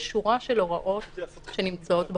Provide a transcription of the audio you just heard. יש שורה של הוראות שנמצאות בחוק,